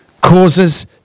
causes